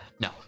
No